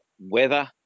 weather